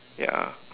ya